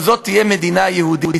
אבל זאת תהיה מדינה יהודית.